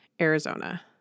Arizona